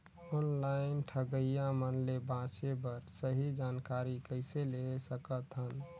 Online ठगईया मन ले बांचें बर सही जानकारी कइसे ले सकत हन?